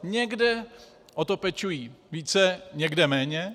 Někde o to pečují více, někde méně.